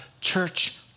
church